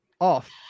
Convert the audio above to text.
off